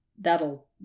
that'll